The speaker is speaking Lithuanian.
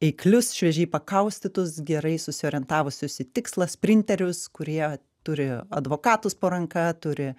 veiklius šviežiai pakaustytus gerai susiorientavusios į tikslą sprinterius kurie turi advokatus po ranka turi